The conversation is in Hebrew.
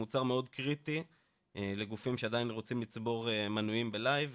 הוא מוצר מאוד קריטי לגופים שעדיין רוצים לצבור מנויים בלייב,